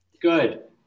Good